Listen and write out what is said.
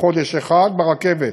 בחודש אחד ברכבת.